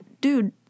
dude